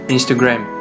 Instagram